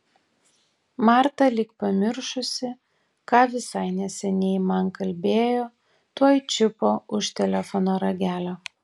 marta lyg pamiršusi ką visai neseniai man kalbėjo tuoj čiupo už telefono ragelio